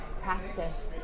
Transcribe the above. practiced